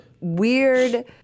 weird